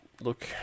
look